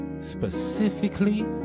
specifically